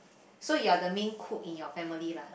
so you are the main cook in your family lah